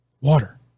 water